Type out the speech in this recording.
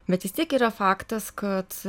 bet vis tiek yra faktas kad